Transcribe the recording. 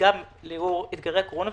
גם לאור אתגרי הקורונה,